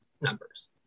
numbers